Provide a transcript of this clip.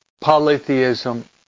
Polytheism